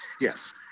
yes